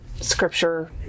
scripture